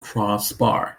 crossbar